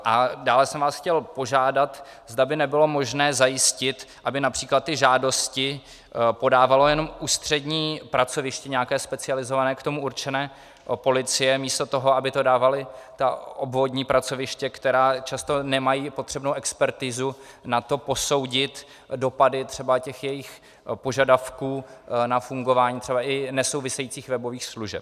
A dále jsem vás chtěl požádat, zda by nebylo možné zajistit, aby např. ty žádosti podávalo jenom ústřední pracoviště, nějaké specializované, k tomu určené policie, místo toho, aby to dávala ta obvodní pracoviště, která často nemají potřebnou expertizu na to posoudit dopady třeba těch jejich požadavků na fungování třeba i nesouvisejících webových služeb.